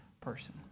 person